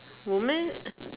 woman